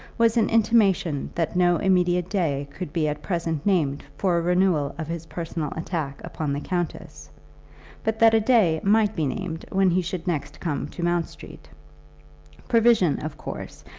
was an intimation that no immediate day could be at present named for a renewal of his personal attack upon the countess but that a day might be named when he should next come to mount street provision, of course,